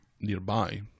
nearby